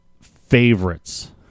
favorites